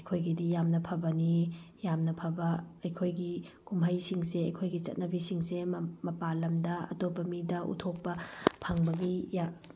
ꯑꯩꯈꯣꯏꯒꯤꯗꯤ ꯌꯥꯝꯅ ꯐꯕꯅꯤ ꯌꯥꯝꯅ ꯐꯕ ꯑꯩꯈꯣꯏꯒꯤ ꯀꯨꯝꯍꯩ ꯁꯤꯡꯁꯤ ꯑꯩꯈꯣꯏꯒꯤ ꯆꯠꯅꯕꯤ ꯁꯤꯡꯁꯦ ꯃꯄꯥꯟ ꯂꯝꯗ ꯑꯇꯣꯞꯄ ꯃꯤꯗ ꯎꯊꯣꯛꯄ ꯐꯪꯕꯒꯤ